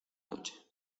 noche